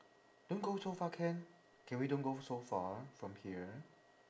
don't go too far can can we don't go so far from here